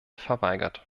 verweigert